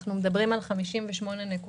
מדובר על 58.2%,